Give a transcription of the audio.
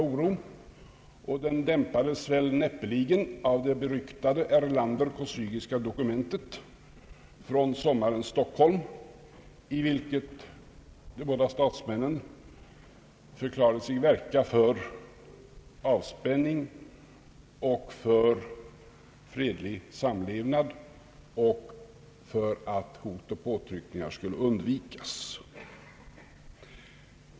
Oron dämpades näppeligen av det beryktade Erlander-Kosyginska dokumentet från sommarens Stockholm, i vilket de båda statsmännen förklarade sig verka för avspänning, för fredlig samlevnad och för att hot och påtryckningar skulle undvikas.